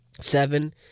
Seven